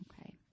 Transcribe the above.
Okay